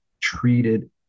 treated